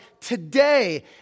today